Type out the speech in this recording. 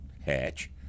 hatch